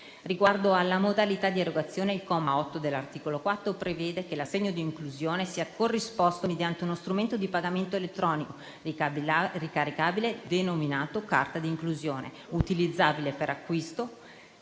Riguardo alla modalità di erogazione l'articolo 4, al comma 8, prevede che l'assegno di inclusione sia corrisposto mediante uno strumento di pagamento elettronico ricaricabile, denominato carta di inclusione, utilizzabile per acquisto